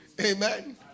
Amen